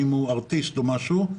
אם הוא ארטיסט או משהו כזה.